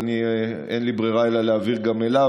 אין לי ברירה אלא להעביר גם אליו.